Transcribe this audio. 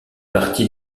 partie